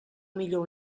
millor